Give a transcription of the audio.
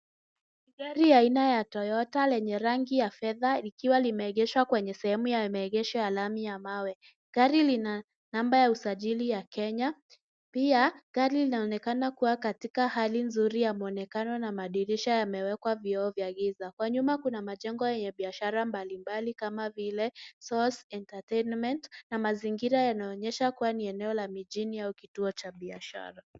Gari aina ya toyota lenye rangi ya fedha likiwa limeegeshwa kwenye sehemu ya maegesho ya lami ya mawe. Gari lina namba ya usajili ya Kenya. Pia gari linaonekana kuwa katika hali nzuri ya mwonekano na madirisha aymewekwa vioo vya giza. Kwan nyuma kuna majengo yenye biashara mbalimbali kama vile source entertainment na mazingira yanaonyesha kuwa ni eneo la mijini au kituo cha biashara.